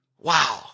Wow